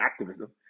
activism